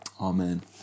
Amen